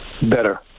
better